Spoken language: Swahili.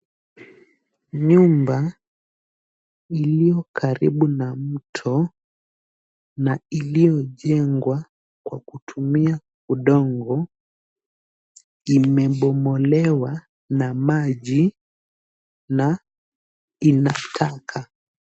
Nyumba iliyokaribu na mto na iliyojengwa kwa kutumia udongo imebomolewa na maji na ina taka.